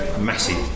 massive